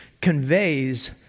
conveys